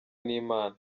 n’imana